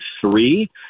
three